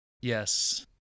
Yes